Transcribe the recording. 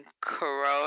Corona